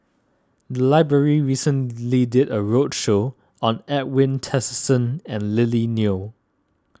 the library recently did a roadshow on Edwin Tessensohn and Lily Neo